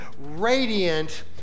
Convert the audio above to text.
radiant